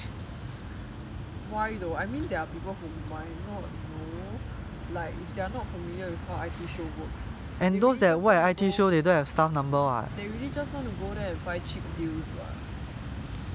why though I mean there are people who might not know like if they are not familiar with how I_T show works they really just want to go they really just want to go there and buy cheap deals [what]